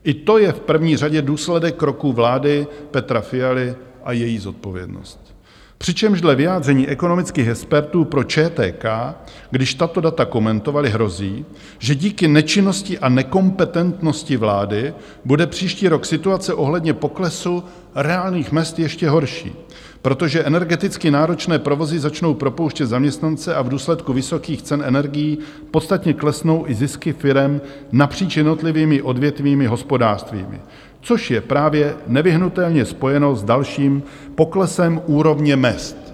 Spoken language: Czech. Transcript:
I to je v první řadě důsledek kroků vlády Petra Fialy a její zodpovědnost, přičemž dle vyjádření ekonomických expertů pro ČTK, když tato data komentovali, hrozí, že díky nečinnosti a nekompetentnosti vlády bude příští rok situace ohledně poklesu reálných mezd ještě horší, protože energeticky náročné provozy začnou propouštět zaměstnance a v důsledku vysokých cen energií podstatně klesnou i zisky firem napříč jednotlivými odvětvími hospodářství, což je právě nevyhnutelně spojeno s dalším poklesem úrovně mezd.